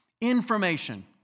information